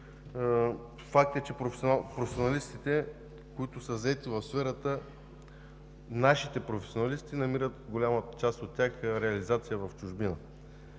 факт, че професионалистите, които са заети в сферата – нашите професионалисти, голяма част от тях намират реализация в чужбина.